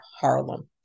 Harlem